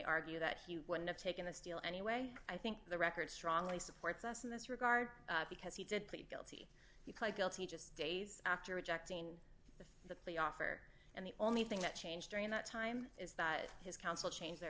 argue that he wouldn't have taken this deal anyway i think the record strongly supports us in this regard because he did plead guilty he pled guilty just days after rejecting the plea offer and the only thing that changed during that time is that his counsel changed their